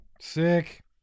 Sick